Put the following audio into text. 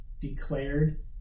declared